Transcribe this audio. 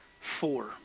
four